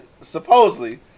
supposedly